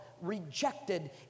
rejected